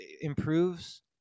improves